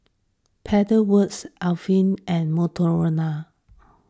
Pedal Works Alpen and Motorola